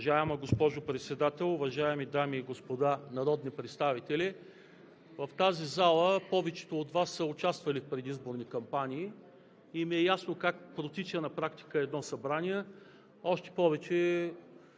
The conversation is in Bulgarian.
Уважаема госпожо Председател, уважаеми дами и господа народни представители! В тази зала повечето от Вас са участвали в предизборни кампании и им е ясно как протича на практика едно събрание, още повече